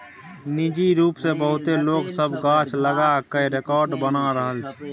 निजी रूप सँ बहुते लोक सब गाछ लगा कय रेकार्ड बना रहल छै